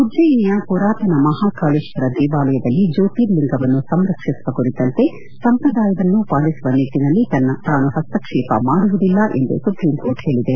ಉಜ್ಞಯಿನಿಯ ಪುರಾತನ ಮಹಾಕಾಳೇಶ್ವರ ದೇವಾಲಯದಲ್ಲಿ ಜ್ಲೋರ್ತಿಲಿಂಗವನ್ನು ಸಂರಕ್ಷಿಸುವ ಕುರಿತಂತೆ ಸಂಪ್ರದಾಯವನ್ನೂ ಪಾಲಿಸುವ ನಿಟ್ಲನಲ್ಲಿ ತಾನು ಹಸ್ತಕ್ಷೇಪ ಮಾಡುವುದಿಲ್ಲ ಎಂದು ಸುಪ್ರೀಂ ಕೋರ್ಟ್ ಇಂದು ಹೇಳಿದೆ